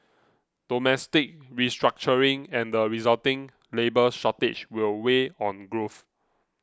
domestic restructuring and the resulting labour shortage will weigh on growth